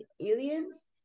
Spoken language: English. aliens